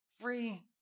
free